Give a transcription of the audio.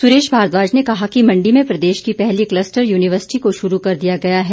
सुरेश भारद्वाज ने कहा कि मंडी में प्रदेश की पहली कलस्टर यूनिवर्सिटी को शुरू कर दिया गया है